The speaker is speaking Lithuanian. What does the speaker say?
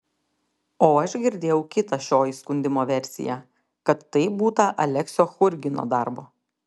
o aš girdėjau kitą šio įskundimo versiją kad tai būta aleksio churgino darbo